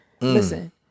Listen